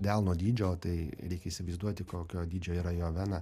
delno dydžio tai reikia įsivaizduoti kokio dydžio yra jo vena